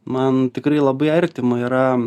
man tikrai labai artima yra